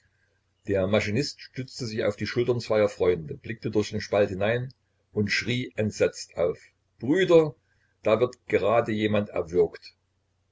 der maschinist stützte sich auf die schultern zweier freunde blickte durch den spalt hinein und schrie entsetzt auf brüder da wird gerade jemand erwürgt